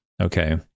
okay